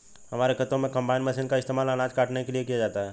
हमारे खेतों में कंबाइन मशीन का इस्तेमाल अनाज काटने के लिए किया जाता है